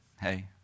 hey